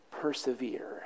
persevere